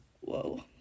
whoa